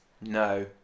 No